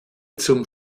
zum